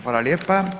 Hvala lijepa.